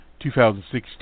2016